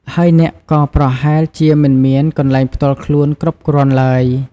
ហើយអ្នកក៏ប្រហែលជាមិនមានកន្លែងផ្ទាល់ខ្លួនគ្រប់គ្រាន់ឡើយ។